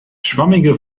schwammige